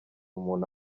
umuntu